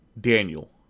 Daniel